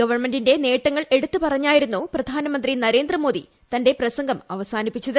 ഗവൺമെന്റിന്റെ നേട്ടങ്ങൾ എടുത്ത് പറഞ്ഞായിരുന്നു പ്രധാനമന്ത്രി തന്റെ പ്രസംഗം അവസാനിപ്പിച്ചത്